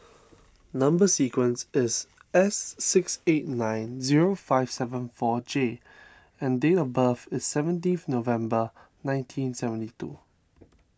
Number Sequence is S six eight nine zero five seven four J and date of birth is seventeenth November nineteen seventy two